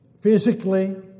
physically